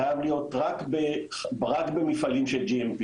הדבר הזה צריך להיות רק במפעלים של GMP,